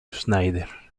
schneider